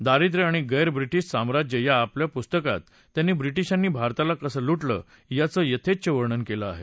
दारिद्वय आणि गैर ब्रिटिश साम्राज्य या आपल्या पुस्तकात त्यांनी ब्रिटिशांनी भारताला कसं लुटलं याचं वर्णन केलं आहे